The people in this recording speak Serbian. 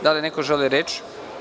Da li neko želi reč?